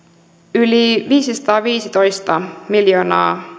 yli viisisataaviisitoista miljoonaa